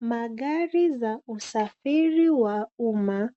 Magari za usafiri wa umma